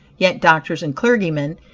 yet doctors and clergymen,